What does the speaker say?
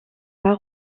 pas